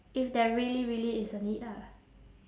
if there really really is a need lah